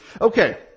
Okay